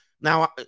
now